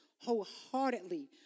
Wholeheartedly